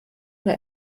nur